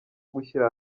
gushyira